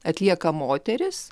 atlieka moterys